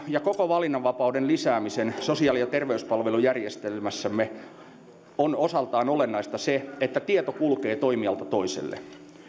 ja koko valinnanvapauden lisäämisessä sosiaali ja terveyspalvelujärjestelmässämme on osaltaan olennaista se että tieto kulkee toimijalta toiselle